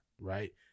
right